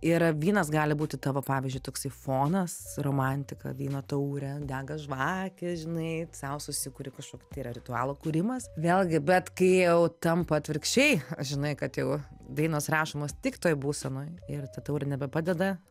ir vynas gali būti tavo pavyzdžiui toksai fonas romantika vyno taurė dega žvakės žinai sau susikuri kažkokį tai yra ritualų kūrimas vėlgi bet kai jau tampa atvirkščiai žinai kad jau dainos rašomos tik toj būsenoj ir ta taurė nebepadeda